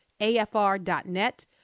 AFR.net